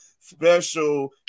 special